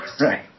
right